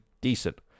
decent